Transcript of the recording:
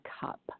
cup